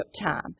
time